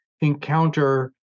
encounter